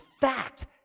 fact